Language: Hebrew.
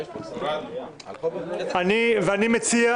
אלעזר,